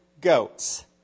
goats